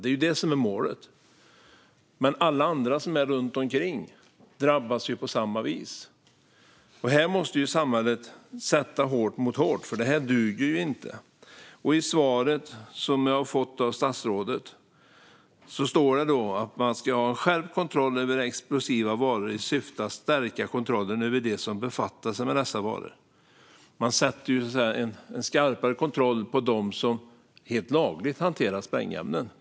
Det är målet. Men alla andra som är runt omkring drabbas på samma vis. Samhället måste här sätta hårt mot hårt. Det här duger inte. I svaret säger statsrådet att man ska ha en skärpt kontroll över explosiva varor i syfte att stärka kontrollen över de som befattar sig med dessa varor. Man sätter en skarpare kontroll på dem som helt lagligt hanterar sprängämnen.